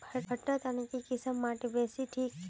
भुट्टा र तने की किसम माटी बासी ठिक?